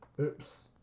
Oops